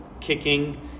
kicking